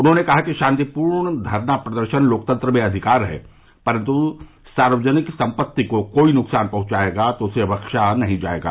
उन्होंने कहा कि शांतिपूर्ण धरना प्रदर्शन लोकतंत्र में अधिकार है परन्तु सार्वजनिक सम्पत्ति को कोई नुकसान पहुंचायेगा तो उसे बख्शा नहीं जायेगा